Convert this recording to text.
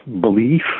belief